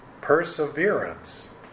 perseverance